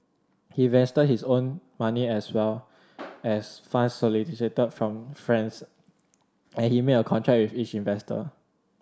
he invested his own money as well as funds solicited from friends and he made a contract with each investor